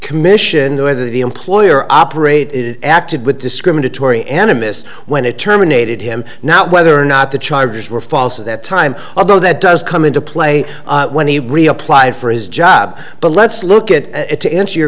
commission whether the employer operated acted with discriminatory animists when it terminated him now whether or not the charges were false at that time although that does come into play when he reapplied for his job but let's look at it to answer your